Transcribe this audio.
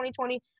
2020